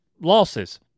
losses